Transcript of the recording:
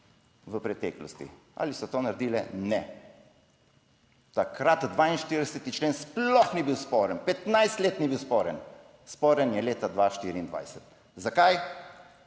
v preteklosti. Ali so to naredile? Ne. Takrat 42. člen sploh ni bil sporen, 15 let ni bil sporen, sporen je leta 2024. Zakaj?